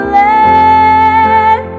let